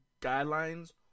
guidelines